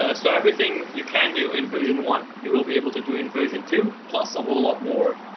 ah so everything you can do in version one you will be able to do in version two, plus a whole lot more.